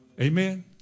Amen